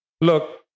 look